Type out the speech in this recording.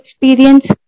experience